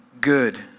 good